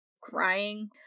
crying